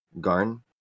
Garn